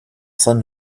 sun